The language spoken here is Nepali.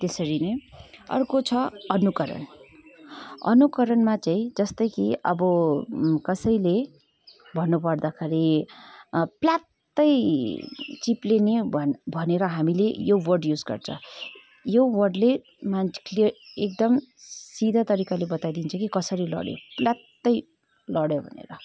त्यसरी नै अर्को छ अनुकरण अनुकरणमा चाहिँ जस्तै कि अब कसैले भन्नु पर्दाखेरि प्लात्तै चिप्लिने भनेर हामीले यो वर्ड युज गर्छ यो वर्डले मान्छेले एकदम सिधा तरिकाले बताइदिन्छ कि कसरी लड्यो प्लात्तै लड्यो भनेर